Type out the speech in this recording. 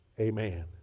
Amen